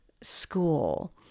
school